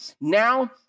Now